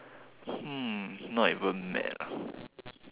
hmm not even mad ah